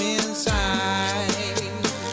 inside